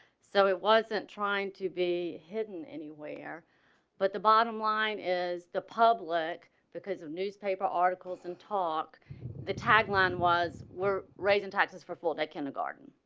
so it wasn't trying to be hidden anywhere but the bottom line is the public because of newspaper articles and talk the tagline was we're raising taxes for full day kindergarten,